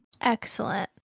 Excellent